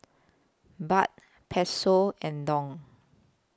Baht Peso and Dong